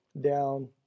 down